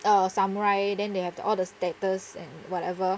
uh samurai then they have all the status and whatever